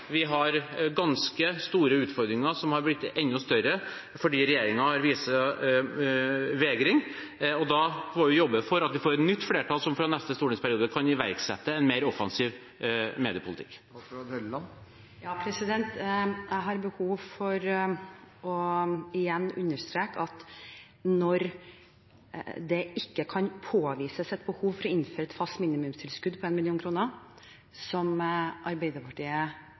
vi har ganske store utfordringer, som har blitt enda større fordi regjeringen viser vegring. Da må vi jobbe for at vi får et nytt flertall som fra neste stortingsperiode kan iverksette en mer offensiv mediepolitikk. Jeg har behov for igjen å understreke at når det ikke kan påvises et behov for å innføre et fast minimumstilskudd på 1 mill. kr, slik Arbeiderpartiet hevder, og den utredningen som